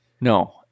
No